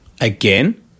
Again